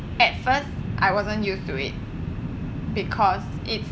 at first I wasn't used to it because it's